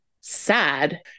sad